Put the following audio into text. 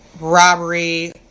robbery